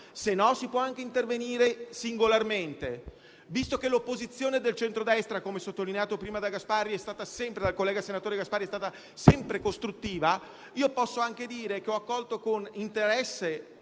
se no, si può anche intervenire singolarmente. Visto che l'opposizione del centrodestra, come sottolineato prima dal collega senatore Gasparri, è stata sempre costruttiva, io posso anche dire che ho accolto con stupefatto